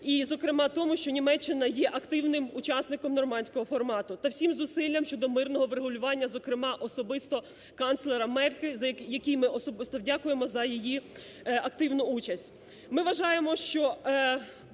і, зокрема, тому що Німеччина є активним учасником "норманського формату" та всім зусиллям щодо мирного врегулювання, зокрема, особисто канцлера Меркель, якій ми особисто дякуємо за її активну участь.